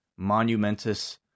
monumentous